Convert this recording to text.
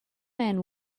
man